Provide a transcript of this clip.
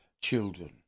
children